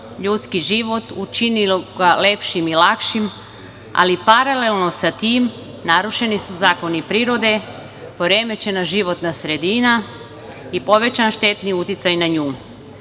ljudski život, učinilo ga lepšim i lakšim, ali paralelno sa tim, narušeni su zakoni prirode, poremećena životna sredina i povećan štetni uticaj na nju.